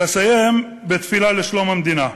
ואסיים בתפילה לשלום המדינה,